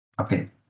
okay